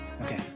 Okay